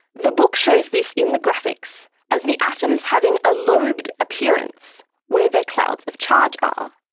the book shows this in the graphics as the atoms having a lobed appearance where their clouds of charge are.